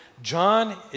John